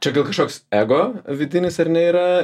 čia gal kažkoks ego vidinis ar ne yra